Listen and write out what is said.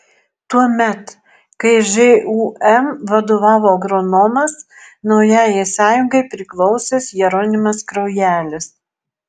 tuomet kai žūm vadovavo agronomas naujajai sąjungai priklausęs jeronimas kraujelis